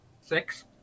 six